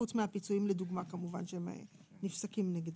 חוץ מהפיצויים לדוגמה שנפסקים נגדו.